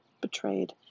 betrayed